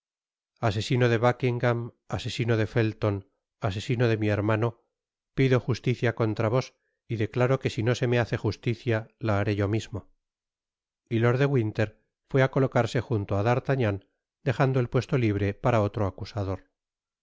asesino de buckingam asesino de felton asesino de mi hermano pido justicia contra vos y declaro que si no se me hace justicia la haré yo mismo y lord de winter fué á colocarse junto á d'artagnan dejando el puesto libre para otro acusador